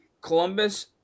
Columbus